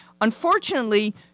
unfortunately